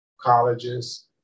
colleges